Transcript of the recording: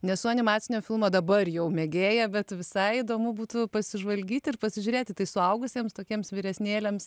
nesu animacinio filmo dabar jau mėgėja bet visai įdomu būtų pasižvalgyti ir pasižiūrėti tai suaugusiems tokiems vyresnėliams